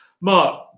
Mark